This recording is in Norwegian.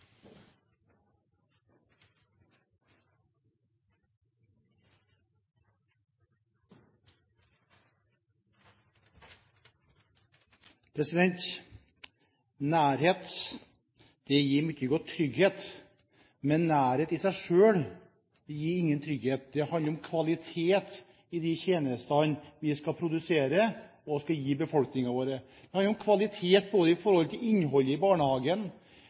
og kortere ventetid. Nærhet gir mye trygghet, men nærhet i seg selv gir ingen trygghet. Det handler om kvalitet i de tjenestene vi skal produsere, og som vi skal gi befolkningen vår. Det handler om kvalitet i innholdet i barnehagen,